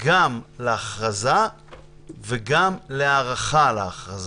גם להכרזה וגם להארכה של ההכרזה.